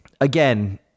again